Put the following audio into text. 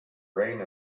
reign